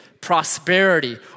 prosperity